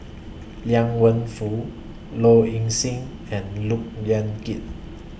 Liang Wenfu Low Ing Sing and Look Yan Kit